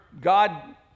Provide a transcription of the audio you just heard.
god